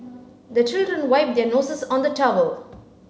the children wipe their noses on the towel